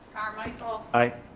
carmichael. i.